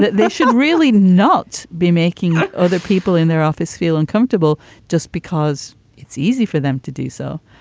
that they should really not be making other people in their office feel uncomfortable just because it's easy for them to do so.